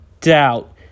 doubt